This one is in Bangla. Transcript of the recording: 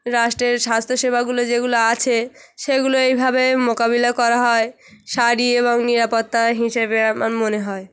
রাষ্ট্রের স্বাস্থ্যসেবাগুলো যেগুলো আছে সেগুলো এইভাবে মোকাবিলা করা হয় সারি এবং নিরাপত্তা হিসেবে আমার মনে হয়